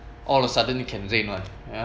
all a sudden it can rain [one] ya